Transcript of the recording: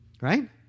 Right